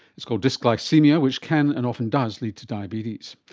it's called dysglycaemia, which can and often does lead to diabetes.